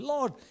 Lord